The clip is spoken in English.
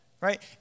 right